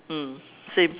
mm same